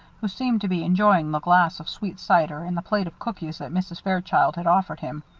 who seemed to be enjoying the glass of sweet cider and the plate of cookies that mrs. fairchild had offered him,